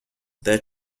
their